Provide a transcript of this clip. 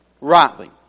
Rightly